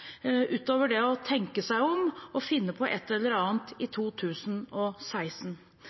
utover det å tenke seg om og finne på et eller annet i 2016?